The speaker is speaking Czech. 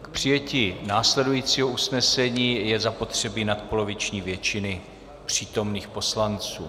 K přijetí následujícího usnesení je zapotřebí nadpoloviční většiny přítomných poslanců.